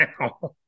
now